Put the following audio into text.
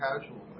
casual